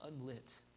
unlit